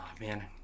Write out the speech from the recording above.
man